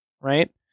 right